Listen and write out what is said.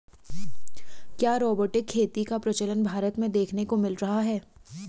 क्या रोबोटिक खेती का प्रचलन भारत में देखने को मिल रहा है?